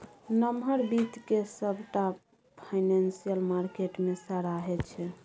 नमहर बित्त केँ सबटा फाइनेंशियल मार्केट मे सराहै छै